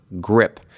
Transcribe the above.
grip